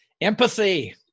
Empathy